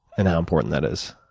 and how important that is.